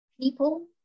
people